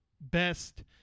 best